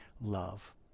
love